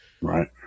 Right